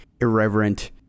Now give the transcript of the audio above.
irreverent